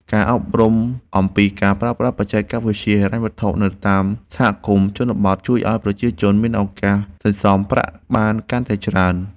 ការអប់រំអំពីការប្រើប្រាស់បច្ចេកវិទ្យាហិរញ្ញវត្ថុនៅតាមសហគមន៍ជនបទជួយឱ្យប្រជាជនមានឱកាសសន្សំប្រាក់បានកាន់តែច្រើន។